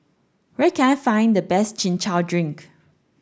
where can I find the best chin chow drink